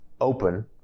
open